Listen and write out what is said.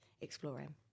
exploring